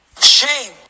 Shame